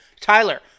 Tyler